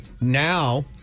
now